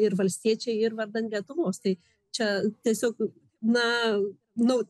ir valstiečiai ir vardan lietuvos tai čia tiesiog na nu